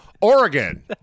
Oregon